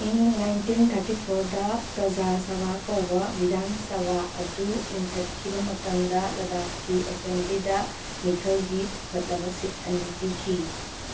ꯏꯪ nineteen thirty ꯐꯣꯔꯗ ꯄ꯭ꯔꯖꯥ ꯁꯚꯥ ꯀꯧꯕ ꯕꯤꯙꯥꯟ ꯁꯚꯥ ꯑꯗꯨ ꯂꯤꯡꯈꯠꯈꯤꯕ ꯃꯇꯝꯗ ꯂꯗꯥꯛꯀꯤ ꯑꯦꯁꯦꯝꯕ꯭ꯂꯤꯗ ꯃꯤꯈꯜꯒꯤ ꯄꯨꯈꯠꯂꯕ ꯁꯤꯠ ꯑꯅꯤ ꯄꯤꯈꯤ